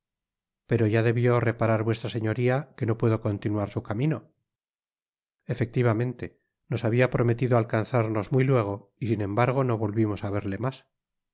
pero ya debió reparar vuestra señoria que no pudo continuar su camino efectivamente nos habia prometido alcanzarnos muy luego y sin embargo no volvimos á verle mas